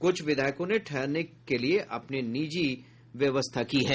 कुछ विधायकों ने ठहरने की अपनी निजी व्यवस्था की है